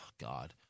God